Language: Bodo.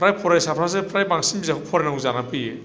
फ्राय फरायसाफ्रासो फ्राय बांसिन बिजाब फरायनांगौ जानानै फैयो